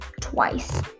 twice